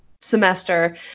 semester